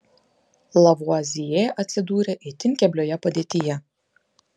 lavuazjė atsidūrė itin keblioje padėtyje